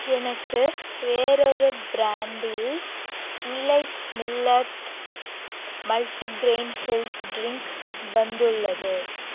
எனக்கு வேறொரு பிராண்டில் மிலைட் மில்லட் மல்டிக்ரெயின் ஹெல்த் ட்ரிங்க் வந்துள்ளது